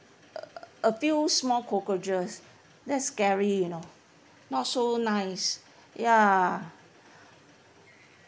a few small cockroaches that's scary you know not so nice ya